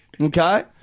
Okay